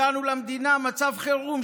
הגענו למדינה, מצב חירום.